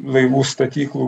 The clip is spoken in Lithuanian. laivų statyklų